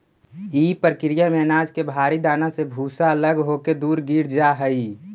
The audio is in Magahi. इ प्रक्रिया में अनाज के भारी दाना से भूसा अलग होके दूर गिर जा हई